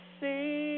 see